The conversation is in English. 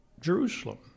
Jerusalem